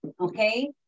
okay